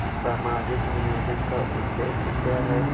सामाजिक नियोजन का उद्देश्य क्या है?